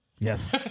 Yes